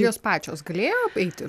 jos pačios galėjo eiti